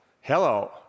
Hello